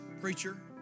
Preacher